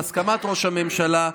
בהסכמת ראש הממשלה,